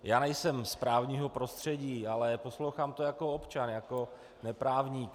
Já nejsem z právního prostředí, ale poslouchám to jako občan, jako neprávník.